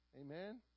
Amen